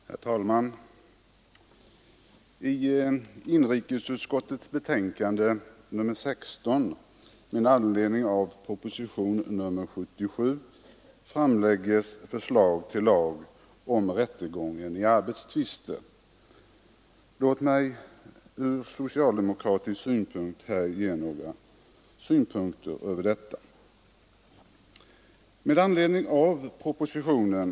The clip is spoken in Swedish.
Herr talman! I inrikesutskottets betänkande nr 16 behandlas propositionen 77 med förslag till lag om rättegången i arbetstvister. Utskottet har också haft att ta ställning till motioner som har väckts i anledning av propositionen.